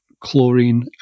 chlorine